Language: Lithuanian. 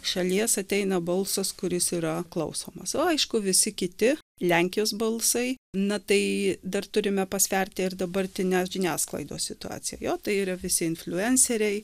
šalies ateina balsas kuris yra klausomas aišku visi kiti lenkijos balsai na tai dar turime pasverti ir dabartinės žiniasklaidos situaciją jo tai yra visi influenceriai